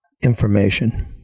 information